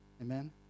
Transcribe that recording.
Amen